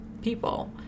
People